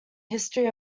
history